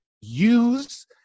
use